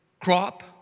crop